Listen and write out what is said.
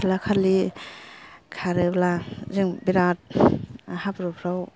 खारला खारलि खारोब्ला जों बिराद हाब्रुफ्राव